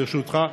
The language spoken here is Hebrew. ברשותך,